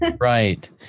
Right